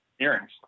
earrings